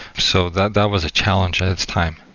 so that that was a challenge at its time.